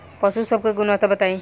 पशु सब के गुणवत्ता बताई?